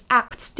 act